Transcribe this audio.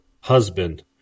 husband